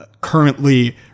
currently